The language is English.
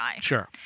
Sure